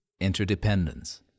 interdependence